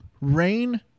rain